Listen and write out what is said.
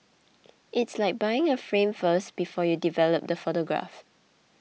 it's like buying a frame first before you develop the photograph